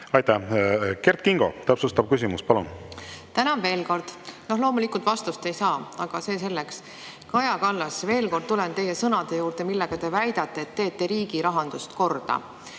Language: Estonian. Aitäh! Kert Kingo, täpsustav küsimus, palun! Tänan veel kord! Loomulikult vastust ei saa, aga see selleks. Kaja Kallas, veel kord tulen teie sõnade juurde, millega te väidate, et teete riigi rahandust korda.